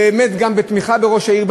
באמת גם בתמיכה בראש העיר,